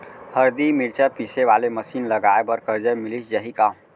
हरदी, मिरचा पीसे वाले मशीन लगाए बर करजा मिलिस जाही का?